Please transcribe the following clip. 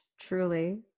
truly